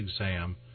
exam